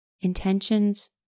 Intentions